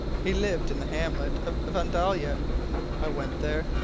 he lived in the hamlet of vandalia i went there,